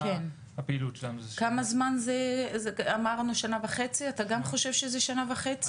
עוד כמה זמן, אתה גם חושב שזה שנה וחצי?